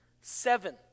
Seven